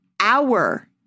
hour